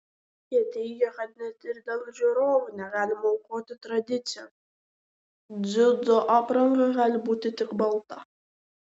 jie teigia kad net ir dėl žiūrovų negalima aukoti tradicijos dziudo apranga gali būti tik balta